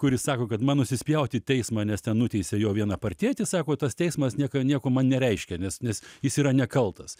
kur jis sako kad man nusispjauti į teismą nes ten nuteisė jo vieną partietį sako tas teismas nieka nieko man nereiškia nes nes jis yra nekaltas